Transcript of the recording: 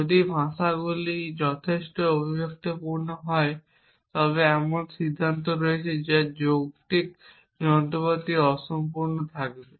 যদি ভাষাগুলি যথেষ্ট অভিব্যক্তিপূর্ণ হয় তবে এমন সিদ্ধান্ত রয়েছে যা যৌক্তিক যন্ত্রপাতি অসম্পূর্ণ থাকবে